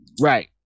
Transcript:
Right